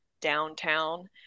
downtown